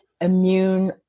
immune